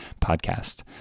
podcast